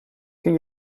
ken